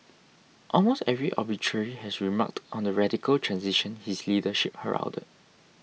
almost every obituary has remarked on the radical transition his leadership heralded